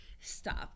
Stop